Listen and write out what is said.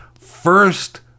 First